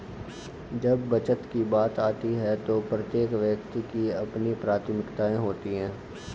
जब बचत की बात आती है तो प्रत्येक व्यक्ति की अपनी प्राथमिकताएं होती हैं